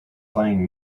playing